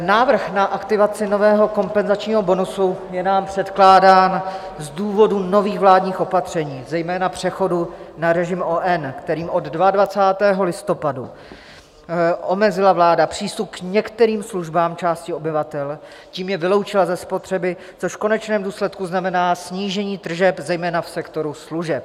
Návrh na aktivaci nového kompenzačního bonusu je nám předkládán z důvodu nových vládních opatření, zejména přechodu na režim ON, kterým od 22. listopadu omezila vláda přístup k některým službám části obyvatel, tím je vyloučila ze spotřeby, což v konečném důsledku znamená snížení tržeb zejména v sektoru služeb.